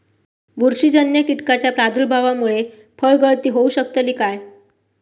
बुरशीजन्य कीटकाच्या प्रादुर्भावामूळे फळगळती होऊ शकतली काय?